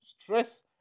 stress